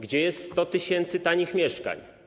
Gdzie jest 100 tys. tanich mieszkań?